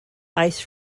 ice